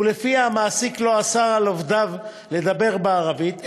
ולפיה המעסיק לא אסר על עובדיו לדבר בערבית,